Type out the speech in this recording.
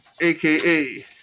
aka